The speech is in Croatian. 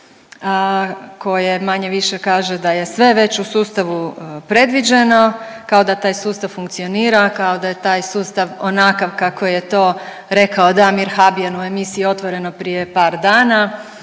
koje manje-više kaže da je sve već u sustavu predviđeno kada taj sustav funkcionira kao da je taj sustav onakav kako je to rekao Damir Habijan u emisiji Otvoreno prije par dana.